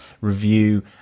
review